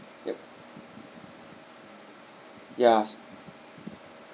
yup yes